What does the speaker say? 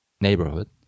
neighborhood